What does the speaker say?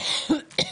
הצבעה אושר.